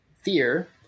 fear